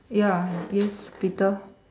ya yes Peter